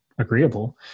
agreeable